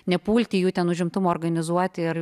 nepulti jų ten užimtumo organizuoti ir